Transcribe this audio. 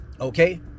okay